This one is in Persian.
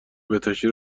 بهداشتی